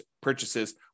purchases